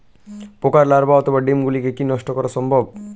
পোকার লার্ভা অথবা ডিম গুলিকে কী নষ্ট করা সম্ভব?